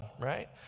right